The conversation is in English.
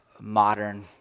modern